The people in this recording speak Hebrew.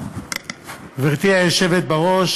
גברתי היושבת בראש,